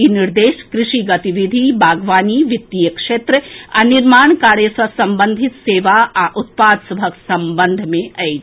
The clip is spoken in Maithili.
ई निर्देश कृषि गतिविधि बागवानी वित्तीय क्षेत्र आ निर्माण कार्य सँ संबंधित सेवा आ उत्पाद सभक संबंध मे अछि